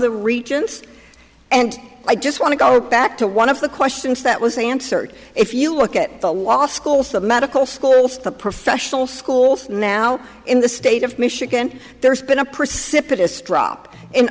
the regents and i just want to go back to one of the questions that was answered if you look at the law schools the medical schools the professional schools now in the state of michigan there's been a